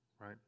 Right